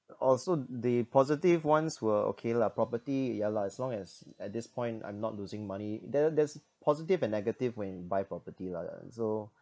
oh so the positive ones were okay lah property ya lah as long as at this point I'm not losing money there there's positive and negative when you buy property lah so